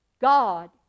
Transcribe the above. God